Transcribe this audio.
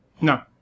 No